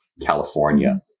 California